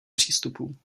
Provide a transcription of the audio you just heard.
přístupů